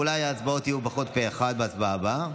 אולי ההצבעות יהיו פחות פה אחד בהצבעה הבאה,